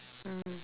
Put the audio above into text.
mm